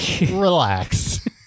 relax